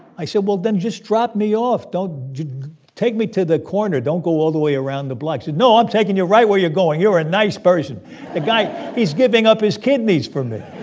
i said, well, then just drop me off. don't take me to the corner. don't go all the way around the block. he said, no, i'm taking you right where you're going. you're a nice person. the guy he's giving up his kidneys for me